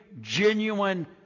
genuine